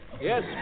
Yes